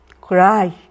cry